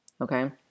Okay